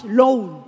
loan